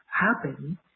happen